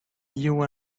you